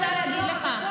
להיות יוצא מולדובה זה פשע?